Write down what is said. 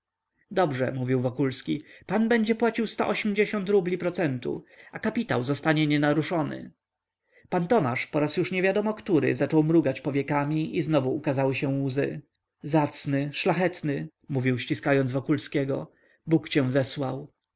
dobrze mówił wokulski pan będzie płacił sto ośmdziesiąt rubli procentu a kapitał zostanie nienaruszony pan tomasz po raz już niewiadomo który zaczął mrugać powiekami i znowu ukazały się łzy zacny szlachetny mówił ściskając wokulskiego bóg cię zesłał